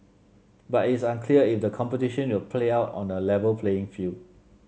but is unclear if the competition will play out on A Level playing field